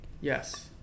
Yes